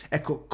Ecco